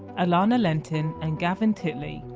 alana lentin and gavin titley,